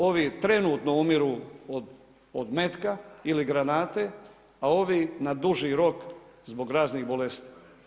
Ovi trenutno umiru od metka ili granate, a ovi na duži rok zbog raznih bolesti.